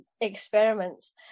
experiments